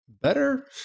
better